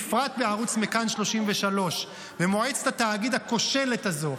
בפרט בערוץ מכאן 33 ומועצת התאגיד הכושלת הזאת,